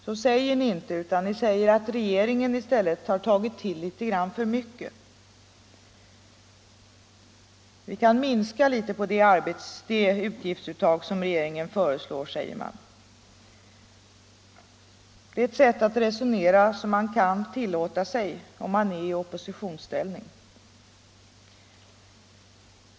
Så säger ni emellertid inte, utan ni säger i stället att regeringen har tagit till litet för mycket och att man kan minska litet på det utgiftsuttag som regeringen föreslår. Det är ett sätt att resonera som man kan tillåta sig, om man är i oppositionsställning.